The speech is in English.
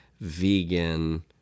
Vegan